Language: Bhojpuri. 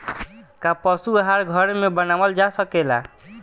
का पशु आहार घर में बनावल जा सकेला?